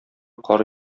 кар